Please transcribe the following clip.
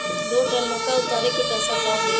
दो टन मक्का उतारे के पैसा का होई?